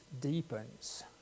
deepens